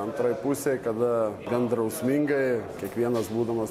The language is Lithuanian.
antroj pusėj kada gan drausmingai kiekvienas būdamas